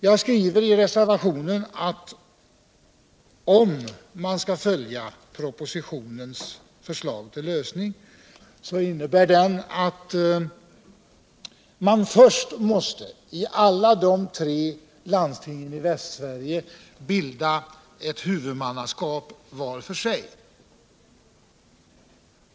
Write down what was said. Jag skriver i reservationen att om man skall följa propositionens förslag till lösning, måste man först i alla tre landstingen i Västsverige bilda ett huvudmannaskap var för sig.